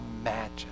imagine